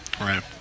Right